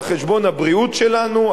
על חשבון הבריאות שלנו,